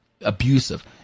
abusive